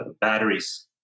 batteries